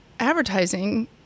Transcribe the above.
advertising